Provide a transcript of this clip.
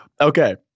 Okay